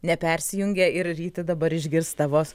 nepersijungia ir ryti dabar išgirs tavo